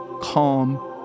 calm